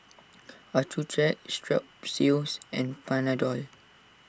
Accucheck Strepsils and Panadol